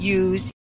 use